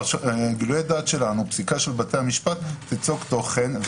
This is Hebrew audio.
גילויי דעת שלנו, פסיקה של בתי המשפט ייצקו תוכן.